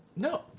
No